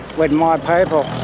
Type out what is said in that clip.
with my people,